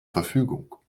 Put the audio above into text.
verfügung